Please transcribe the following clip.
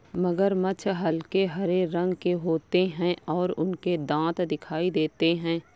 मगरमच्छ हल्के हरे रंग के होते हैं और उनके दांत दिखाई देते हैं